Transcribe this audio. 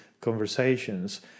conversations